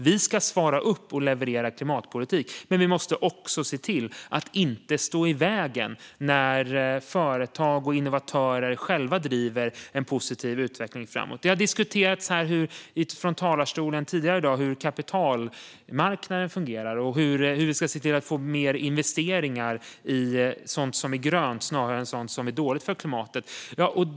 Vi ska svara och leverera klimatpolitik, men vi måste också se till att inte stå i vägen när företag och innovatörer själva driver en positiv utveckling framåt. Det har diskuterats tidigare i dag från talarstolen hur kapitalmarknaden fungerar och hur vi ska se till att det blir mer gröna investeringar snarare än investeringar i sådant som är dåligt för klimatet.